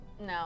No